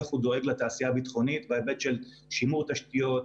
איך הוא דואג לתעשייה הביטחונית בהיבט של שימור תשתיות,